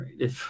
right